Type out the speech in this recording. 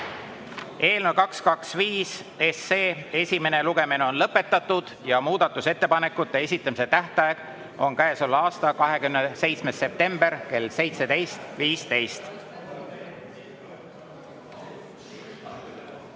Eelnõu 225 esimene lugemine on lõpetatud. Muudatusettepanekute esitamise tähtaeg on käesoleva aasta 27. september kell 17.15.